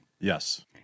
Yes